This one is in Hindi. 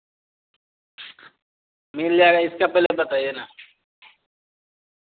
मिल जाएगा इसका प्राइस बताईए ना